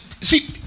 See